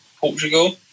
Portugal